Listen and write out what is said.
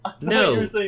No